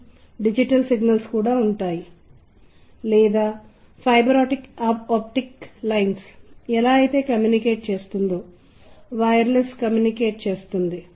కాబట్టి మీరు ఇక్కడ కనుగొన్నది ఏమిటంటే ఇవి మొదటిది సంతూర్ మరియు రెండవది వయోలిన్ అని విభిన్న విషయాలను తెలియజేస్తాయి